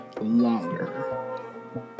longer